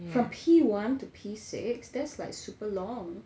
from P one to P six that's like super long